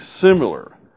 similar